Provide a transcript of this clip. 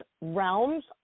Realms